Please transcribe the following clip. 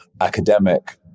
academic